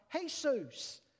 Jesus